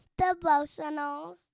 devotionals